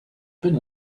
been